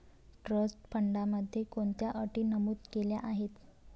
Trust फंडामध्ये कोणत्या अटी नमूद केल्या आहेत?